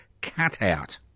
cutout